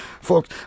folks